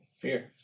fear